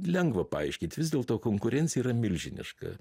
lengva paaiškyti vis dėlto konkurencija yra milžiniška